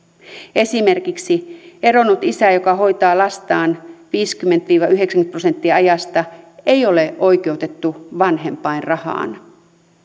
esimerkiksi eronnut isä joka hoitaa lastaan viisikymmentä viiva yhdeksänkymmentä prosenttia ajasta ei ole oikeutettu vanhempainrahaan